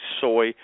soy